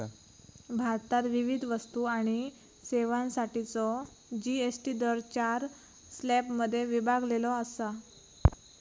भारतात विविध वस्तू आणि सेवांसाठीचो जी.एस.टी दर चार स्लॅबमध्ये विभागलेलो असा